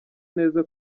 neza